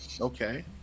Okay